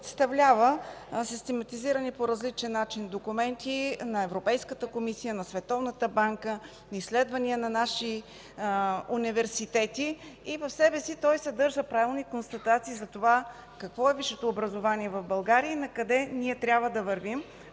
представлява систематизирани по различен начин документи на Европейската комисия, Световната банка, изследвания на наши университети. В себе си той съдържа правилни констатации какво е висшето образование в България и накъде трябва да вървим